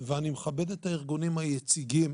ואני מכבד את הארגונים היציגים.